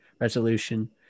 resolution